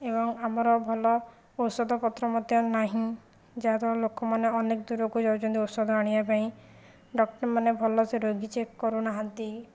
ଏବଂ ଆମର ଭଲ ଔଷଧ ପତ୍ର ମଧ୍ୟ ନାହିଁ ଯାହାଦ୍ୱାରା ଲୋକମାନେ ଅନେକ ଦୂରକୁ ଯାଉଛନ୍ତି ଔଷଧ ଆଣିବା ପାଇଁ ଡକ୍ଟରମାନେ ଭଲସେ ରୋଗୀ ଚେକ୍ କରୁନାହାନ୍ତି